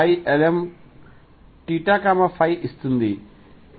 m కోసం Ylmθϕ